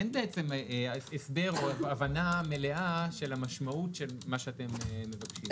אין הסבר או הבנה מלאה של המשמעות של מה שאתם מבקשים.